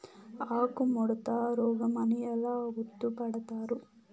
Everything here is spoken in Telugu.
ఆకుముడత రోగం అని ఎలా గుర్తుపడతారు?